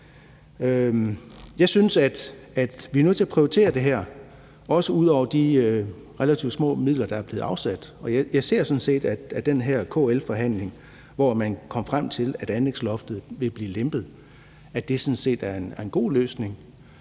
Jeg synes, at vi er nødt til at prioritere det her, også ud over de relativt små midler, der er blevet afsat. Jeg ser sådan set, at den her KL-forhandling, hvor man kom frem til, at anlægsloftet ville blive lempet, sådan set er en god løsning,